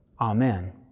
Amen